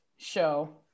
show